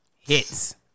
hits